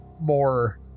more